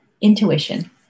intuition